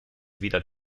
weder